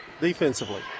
defensively